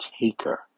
taker